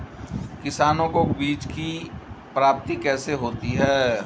किसानों को बीज की प्राप्ति कैसे होती है?